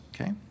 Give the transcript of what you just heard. okay